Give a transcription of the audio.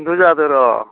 बेन्थ' जादो र'